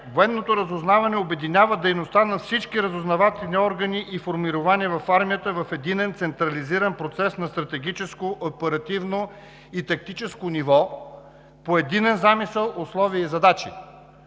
„Военното разузнаване обединява дейността на всички разузнавателни органи и формирования в Армията в единен централизиран процес на стратегическо, оперативно и тактическо ниво, по единен замисъл, условия и задачи.